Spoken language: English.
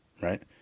right